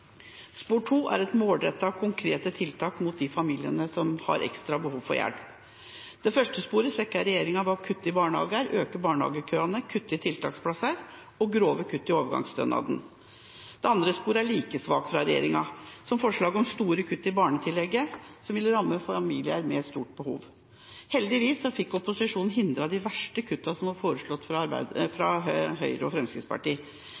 Spor to er målrettede, konkrete tiltak for de familiene som har ekstra behov for hjelp. Det første sporet svekker regjeringa ved å kutte i barnehager, øke barnehagekøene, kutte i tiltaksplasser – og grove kutt i overgangsstønaden. Det andre sporet er like svakt fra regjeringa – f.eks. forslaget om store kutt i barnetillegget, som vil ramme familier med stort behov. Heldigvis fikk opposisjonen hindret de verste kuttene som var foreslått fra Høyre og Fremskrittspartiet.